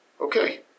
Okay